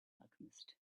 alchemist